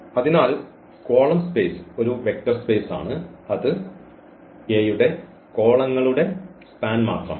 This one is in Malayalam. അതിനാൽ കോളം സ്പേസ് ഒരു വെക്റ്റർ സ്പേസ് ആണ് അത് A യുടെ കോളങ്ങളുടെ സ്പാൻ മാത്രമാണ്